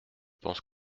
pense